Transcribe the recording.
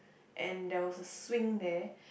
and there was the swing there